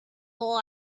all